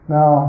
Now